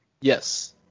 Yes